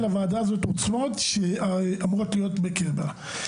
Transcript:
לוועדה הזאת עוצמות שאמורות להיות בקרבה.